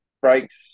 breaks